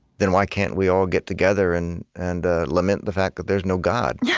then why can't we all get together and and ah lament the fact that there's no god? yeah